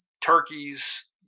turkeys